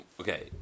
okay